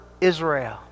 Israel